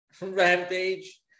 Rampage